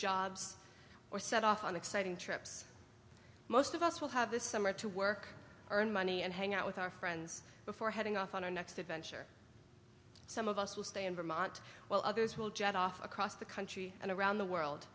jobs or set off on exciting trips most of us will have this summer to work earn money and hang out with our friends before heading off on our next adventure some of us will stay in vermont while others will jet off across the country and around the world